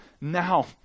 now